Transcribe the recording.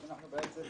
הילד עולה להסעה,